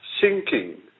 sinking